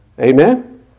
Amen